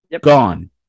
Gone